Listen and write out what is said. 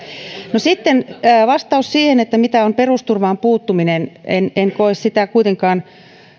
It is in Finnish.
sitten vastaus siihen että mitä on perusturvaan puuttuminen en en koe kuitenkaan